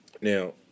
Now